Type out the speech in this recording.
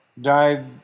died